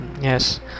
yes